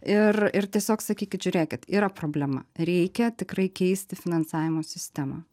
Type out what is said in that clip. ir ir tiesiog sakykit žiūrėkit yra problema reikia tikrai keisti finansavimo sistemą